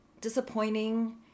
disappointing